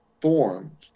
form